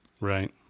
Right